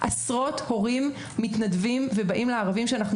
עשרות הורים מתנדבים ובאים לערבים שאנחנו